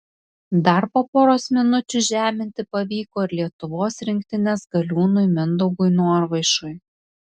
po dar poros minučių žeminti pavyko ir lietuvos rinktinės galiūnui mindaugui norvaišui